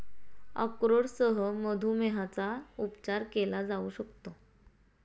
अक्रोडसह मधुमेहाचा उपचार केला जाऊ शकतो